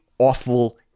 awful